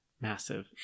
Massive